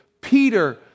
Peter